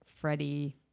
Freddie